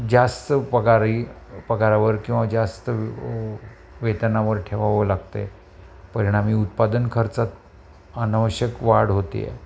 जास्त पगार ही पगारावर किंवा जास्त वेतनावर ठेवावं लागते परिणामी उत्पादन खर्चात आनावश्यक वाढ होतेय